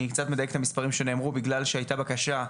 אני קצת מדייק את המספרים שנאמרו בגלל שהייתה בקשה,